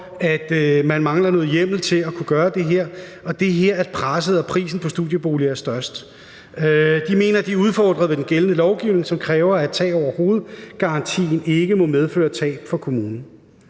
at man mangler en hjemmel til at kunne gøre det her, og det er her, presset og prisen på studieboliger er størst. De mener, at de er udfordret med den gældende lovgivning, som kræver, at tag over hoved-garantien ikke må medføre tab for kommunen.